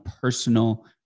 personal